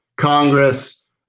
Congress